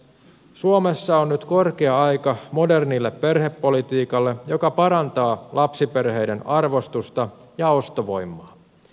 suomessa on nyt korkea aika modernille perhepolitiikalle joka parantaa lapsiperheiden arvostusta ja ostovoimaa